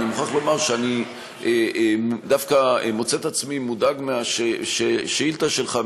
אני מוכרח לומר שאני דווקא מוצא את עצמי מודאג מהשאילתה שלך,